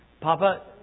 Papa